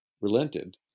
relented